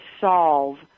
solve